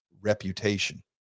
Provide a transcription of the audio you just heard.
reputation